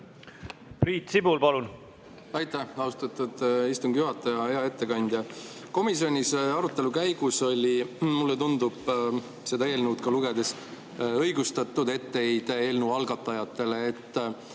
Priit Sibul, palun!